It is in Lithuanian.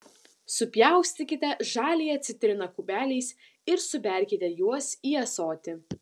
supjaustykite žaliąją citriną kubeliais ir suberkite juos į ąsotį